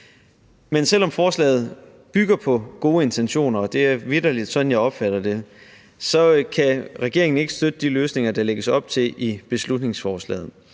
Men selv om forslaget bygger på gode intentioner, og det er vitterlig, sådan jeg opfatter det, så kan regeringen ikke støtte de løsninger, der lægges op til i beslutningsforslaget.